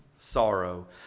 sorrow